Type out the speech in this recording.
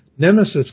Nemesis